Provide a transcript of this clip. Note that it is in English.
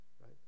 right